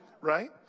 right